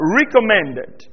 recommended